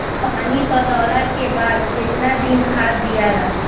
पानी पटवला के बाद केतना दिन खाद दियाला?